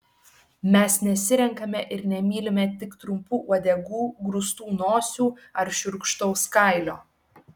mes nesirenkame ir nemylime tik trumpų uodegų grūstų nosių ar šiurkštaus kailio